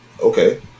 okay